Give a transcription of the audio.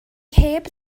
heb